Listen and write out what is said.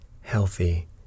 healthy